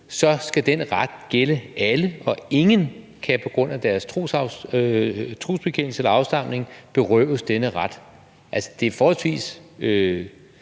så skal den ret gælde alle, og ingen kan på grund af deres trosbekendelse eller afstamning berøves denne ret. Det er forholdsvis